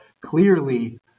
clearly